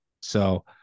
So-